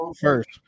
first